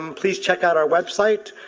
um please check out our website,